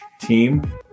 team